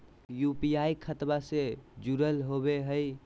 UPI खतबा से जुरल होवे हय?